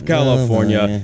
California